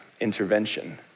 intervention